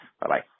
Bye-bye